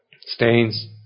Stains